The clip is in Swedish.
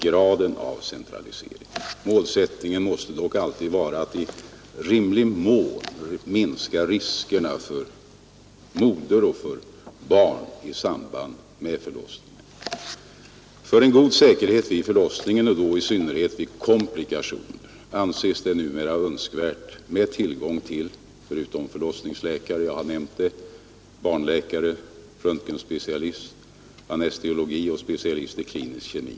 Men målsättningen måste alltid vara att i rimlig mån minska riskerna för moder och barn i samband med förlossningen. Och för god säkerhet vid förlossningen — speciellt när komplikationer tillstöter — anses det numera önskvärt att förut om förlossningsläkare även ha tillgång till barnläkare, röntgenspecialist, anestesiolog och en specialist i klinisk kemi.